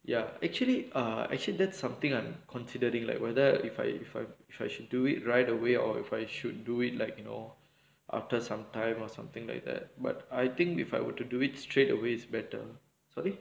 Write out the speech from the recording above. ya actually err actually that's something I'm considering like whether if I if I should I should do it right away or if I should do it like you know after some time or something like that but I think if I were to do it straight away I think